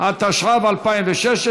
לוועדת הכלכלה.